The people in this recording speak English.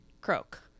croak